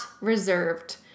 reserved